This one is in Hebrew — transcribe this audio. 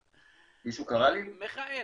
--- מיכאל,